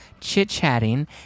chit-chatting